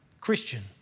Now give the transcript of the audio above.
Christian